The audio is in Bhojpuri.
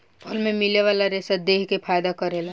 फल मे मिले वाला रेसा देह के फायदा करेला